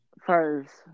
first